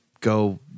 go